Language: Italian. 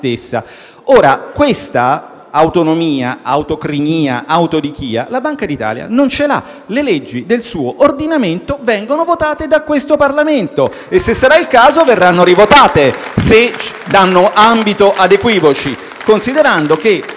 Ora questa autonomia, autocrinia, autodichia, la Banca d'Italia non ce l'ha. Le leggi del suo ordinamento vengono votate da questo Parlamento. Se sarà il caso, verranno rivotate, nel caso diano ambito a equivoci.